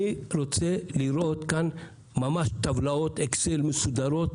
אני רוצה לראות כאן טבלאות אקסל מסודרות,